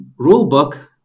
rulebook